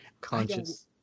conscious